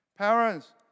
Parents